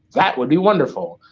that would be wonderful.